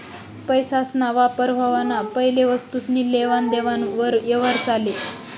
पैसासना वापर व्हवाना पैले वस्तुसनी लेवान देवान वर यवहार चाले